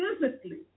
physically